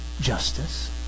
justice